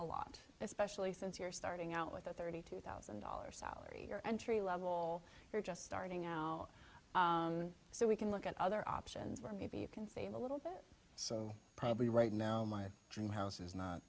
a lot especially since you're starting out with a thirty two thousand dollars salary or entry level you're just starting out so we can look at other options where maybe you can save a little bit so probably right now my dream house is not